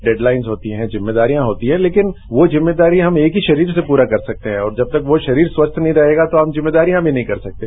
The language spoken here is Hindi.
डेड लाइन्स होती है जिम्मेदारियां होती हैं लेकिन वो जिम्मेदारी हम एक ही शरीर से पूरा कर सकते हैं और जब तक शरीर स्वस्थ नहीं रहेगा तो हम जिम्मेदारियां भी नहीं कर सकते